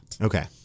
Okay